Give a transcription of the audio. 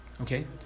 Okay